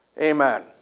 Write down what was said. Amen